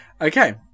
okay